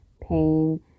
pain